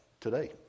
today